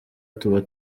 tuba